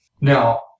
now